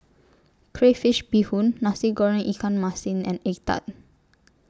Crayfish Beehoon Nasi Goreng Ikan Masin and Egg Tart